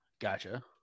Gotcha